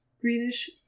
greenish